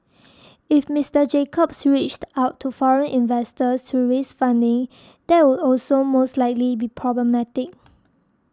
if Mister Jacobs reached out to foreign investors to raise funding that would also most likely be problematic